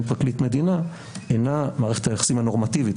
פרקליט מדינה אינה מערכת היחסים הנורמטיבית,